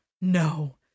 No